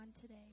today